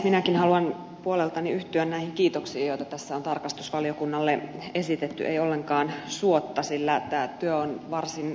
minäkin haluan puoleltani yhtyä näihin kiitoksiin joita tässä on tarkastusvaliokunnalle esitetty ei ollenkaan suotta sillä tämä työ on varsin vaikeaa